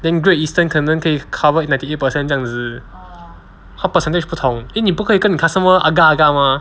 then great eastern 可能可以 cover ninety eight per cent 这样子他 percentage 不同 then 你不可以跟你 customer agar agar mah